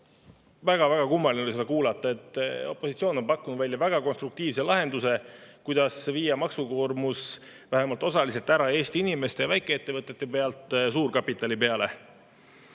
väga-väga kummaline oli seda kuulata. Opositsioon on pakkunud välja väga konstruktiivse lahenduse, kuidas viia maksukoormus vähemalt osaliselt ära Eesti inimeste ja väikeettevõtete pealt suurkapitali peale.